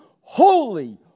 Holy